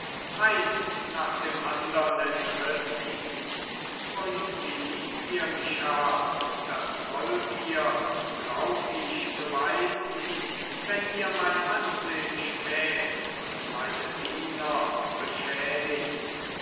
eins nach dem andern entrissen und wie lieb ihr mich habt das wollt ihr glaub ich beweisen wenn ihr mein ansehn schmäht und meine diener beschädigt